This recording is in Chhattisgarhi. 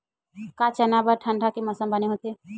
का चना बर ठंडा के मौसम बने होथे?